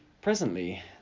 Presently